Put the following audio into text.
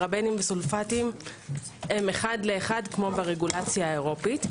שני חומרים אלה הם אחד לאחד כמו ברגולציה האירופית,